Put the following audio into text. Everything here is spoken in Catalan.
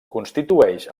constitueix